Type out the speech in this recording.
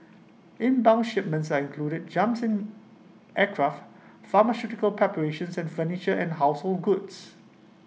inbound shipments I included jumps aircraft pharmaceutical preparations and furniture and household goods